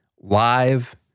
live